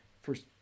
first